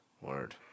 Word